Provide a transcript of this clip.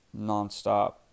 nonstop